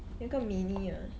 有一个 mini 的